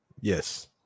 Yes